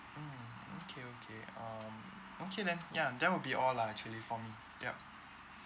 mm okay okay um okay then ya that will be all lah actually from me yup